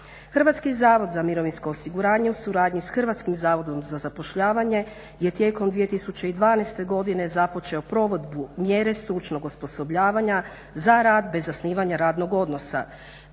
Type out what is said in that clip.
Hrvatski zavod za mirovinsko osiguranje u suradnji sa Hrvatskim zavodom za zapošljavanje je tijekom 2012. godine započeo provedbu mjere stručnog osposobljavanja za rad bez zasnivanja radnog odnosa.